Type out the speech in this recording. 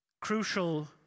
crucial